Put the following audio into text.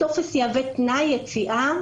הטופס יהווה תנאי יציאה